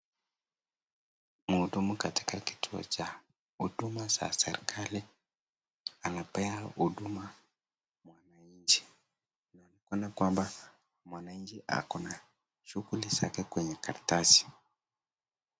Muhudumu katika kituo cha huduma za serikali, anapea huduma mwananchi. Inaonekana kwamba mwananchi ako na shughuli zake kwenye karatasi.